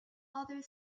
other